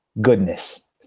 goodness